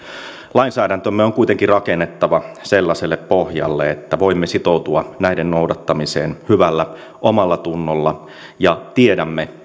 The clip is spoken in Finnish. lainsäädäntömme on kuitenkin rakennettava sellaiselle pohjalle että voimme sitoutua näiden noudattamiseen hyvällä omallatunnolla ja tiedämme